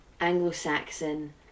Anglo-Saxon